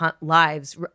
lives